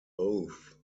oath